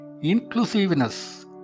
inclusiveness